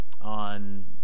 on